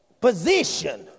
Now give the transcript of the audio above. position